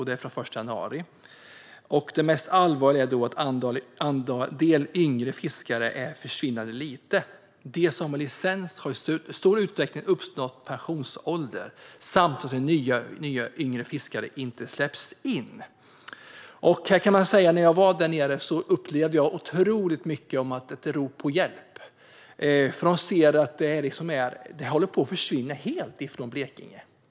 Det allvarligaste i detta är att andelen yngre fiskare är försvinnande liten. De som har licens har till stor del uppnått pensionsåldern, och nya fiskare har inte släppts in. När jag var där nere upplevde jag många rop på hjälp. De ser att fisket håller på att försvinna helt från Blekinge.